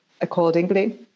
accordingly